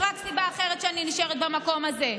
יש רק סיבה אחת שאני נשארת במקום הזה,